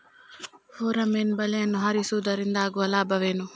Pheromone ಬಲೆಯನ್ನು ಹಾಯಿಸುವುದರಿಂದ ಆಗುವ ಲಾಭವೇನು?